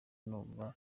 numva